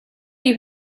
you